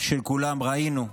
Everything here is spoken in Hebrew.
של כולם ראינו.